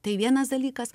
tai vienas dalykas